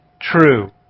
true